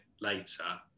later